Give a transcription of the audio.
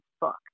book